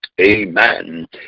amen